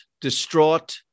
distraught